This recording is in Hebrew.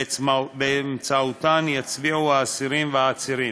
שבאמצעותן יצביעו האסירים והעצירים.